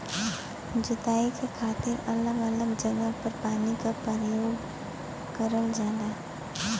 जोताई क खातिर अलग अलग जगह पर पानी क परयोग करल जाला